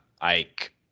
ike